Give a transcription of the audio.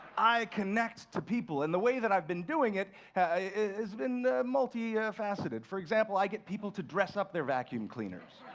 i connect to people. and the way that i've been doing it has been multifaceted. for example, i get people to dress up their vacuum cleaners.